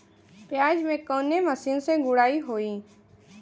प्याज में कवने मशीन से गुड़ाई होई?